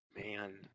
Man